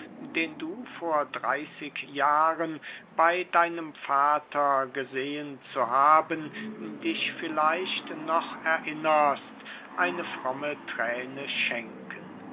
den du vor dreyßig jahren bey deinem vater gesehen zu haben dich vielleicht noch erinnerst eine fromme thräne schenken